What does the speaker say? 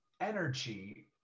energy